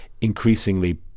increasingly